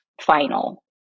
final